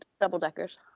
double-deckers